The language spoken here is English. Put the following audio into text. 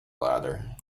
ladder